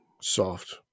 soft